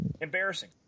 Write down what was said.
Embarrassing